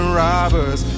robbers